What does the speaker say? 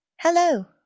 Hello